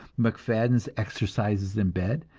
macfadden's exercises in bed,